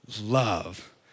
love